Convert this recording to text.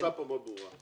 הבקשה כאן מאוד ברורה.